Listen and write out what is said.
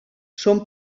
són